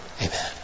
Amen